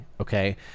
okay